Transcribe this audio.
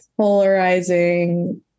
polarizing